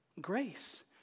Grace